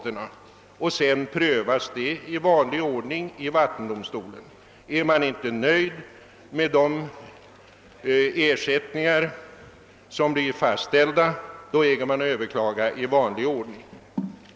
Denna ansökan prövas sedan i vanlig ordning i vattendomstolen. Om man inte är nöjd med de ersättningar som där blir fastställda, kan man överklaga i vanlig ordning.